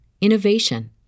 innovation